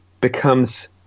becomes